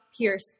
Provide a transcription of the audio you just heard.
Pierce